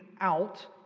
out